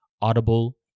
Audible